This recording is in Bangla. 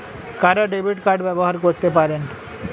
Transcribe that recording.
কারা ডেবিট কার্ড ব্যবহার করতে পারেন?